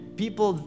people